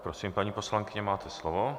Prosím, paní poslankyně, máte slovo.